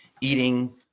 eating